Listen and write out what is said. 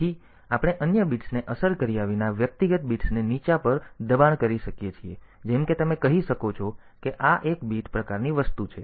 તેથી આપણે અન્ય બિટ્સને અસર કર્યા વિના વ્યક્તિગત બિટ્સને નીચા પર દબાણ કરી શકીએ છીએ જેમ કે તમે કહી શકો છો કે આ એક બીટ પ્રકારની વસ્તુ છે